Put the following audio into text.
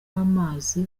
amazi